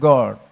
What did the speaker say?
God